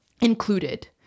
included